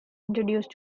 introduced